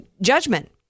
judgment